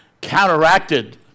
counteracted